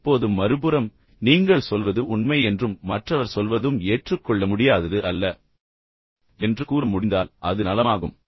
இப்போது மறுபுறம் நீங்கள் சொல்வது உண்மை என்றும் மற்றவர் சொல்வதும் ஏற்றுக்கொள்ள முடியாதது அல்ல என்று கூற முடிந்தால் அது நலமாகும்